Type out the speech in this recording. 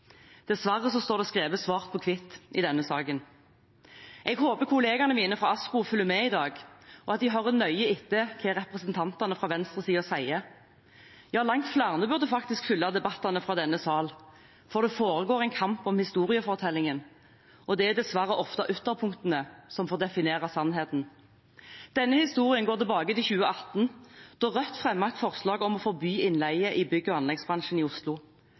Dessverre står det skrevet svart på hvitt i denne saken. Jeg håper kollegaene mine fra ASKO følger med i dag, og at de hører nøye etter hva representantene fra venstresiden sier. Ja, langt flere burde faktisk følge debattene i denne sal, for det foregår en kamp om historiefortellingen. Og det er dessverre ofte ytterpunktene som får definere sannheten. Denne historien går tilbake til 2018, da Rødt fremmet et forslag om å forby innleie i bygg- og anleggsbransjen i Oslo.